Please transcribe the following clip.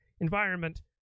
environment